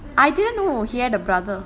I didn't know he had a brother